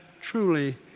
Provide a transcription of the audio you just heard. truly